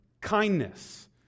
kindness